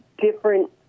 different